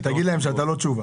תגיד להם שאתה לא תשובה.